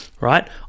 right